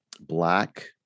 black